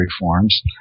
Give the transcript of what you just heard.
reforms